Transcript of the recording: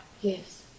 Yes